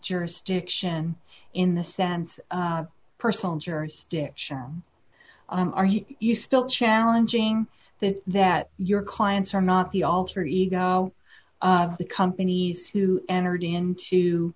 jurisdiction in the sense of personal jurisdiction are you you still challenging that that your clients are not the alter ego of the companies who entered into